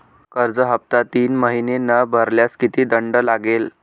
कर्ज हफ्ता तीन महिने न भरल्यास किती दंड लागेल?